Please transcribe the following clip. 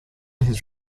his